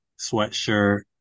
sweatshirt